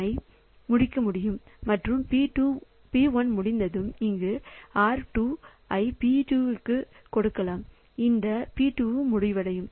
P1 ஐ முடிக்க முடியும் மற்றும் P1 முடிந்ததும் இந்த R2 ஐ P2 க்கு மீண்டும் கொடுக்கலாம் அந்த P2 முடிவடையும்